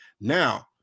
Now